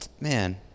Man